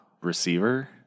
receiver